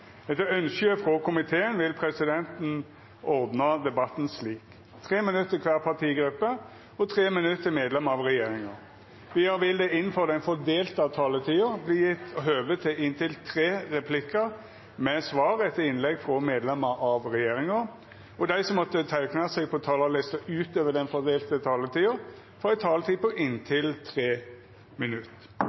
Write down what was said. vil presidenten ordna debatten slik: 3 minutt til kvar partigruppe og 3 minutt til medlemer av regjeringa. Vidare vil det – innanfor den fordelte taletida – verta gjeve høve til inntil tre replikkar med svar etter innlegg frå medlemer av regjeringa, og dei som måtte teikna seg på talarlista utover den fordelte taletida, får ei taletid på inntil 3 minutt.